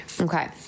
Okay